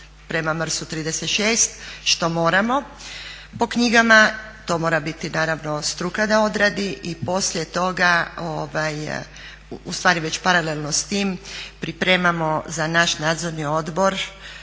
prema MRS-u 36 što moramo po knjigama. To mora biti naravno struka da odradi. I poslije toga ustvari već paralelno s tim pripremamo za naš nadzorni odbor